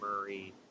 Murray